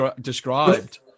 described